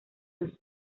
los